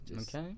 Okay